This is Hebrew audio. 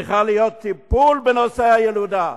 צריך להיות טיפול בנושא הילודה.